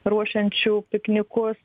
ruošiančių piknikus